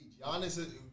Giannis